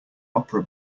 opera